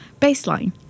baseline